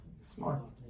smart